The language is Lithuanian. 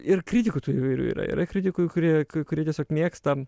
ir kritikų įvairių yra yra kritikų kurie kurie tiesiog mėgsta